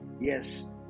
Yes